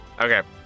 Okay